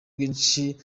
bwinshi